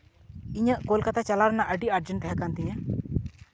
ᱤᱧᱟᱹᱜ ᱠᱳᱞᱠᱟᱛᱟ ᱪᱟᱞᱟᱣ ᱨᱮᱱᱟᱜ ᱟᱹᱰᱤ ᱟᱨᱡᱮᱱᱴ ᱛᱟᱦᱮᱸ ᱠᱟᱱ ᱛᱤᱧᱟᱹ